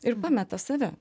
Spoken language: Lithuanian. ir pameta save